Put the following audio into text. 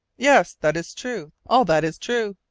yes that is true, all that is true.